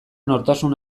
nortasun